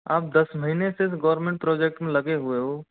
आप दस महीने से गवर्मेंट प्रोजेक्ट में लगे हुए हो